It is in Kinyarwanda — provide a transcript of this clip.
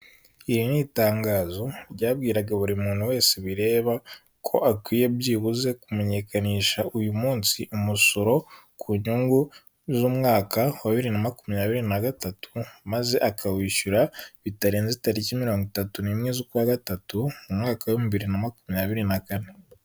Iri ni itangazo ryabwiraga buri muntu wese bireba ko akwiye byibuze kumenyekanisha uyu munsi umusoro ku nyungu z'umwaka wa bibiri na makumyabiri na gatatu, maze akawishyura bitarenze tariki mirongo itatu n'imwe z'ukwa gatatu, umwaka w'ibihumbi bibiri na makumyabiri na kane.